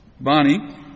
Bonnie